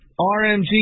RMG